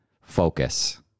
focus